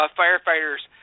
firefighter's